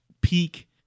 peak